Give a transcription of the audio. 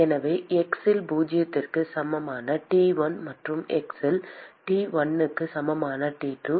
எனவே x இல் பூஜ்ஜியத்திற்கு சமமான T1 மற்றும் x இல் T l க்கு சமமான T2